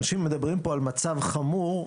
כשאנשים מדברים פה על מצב חמור,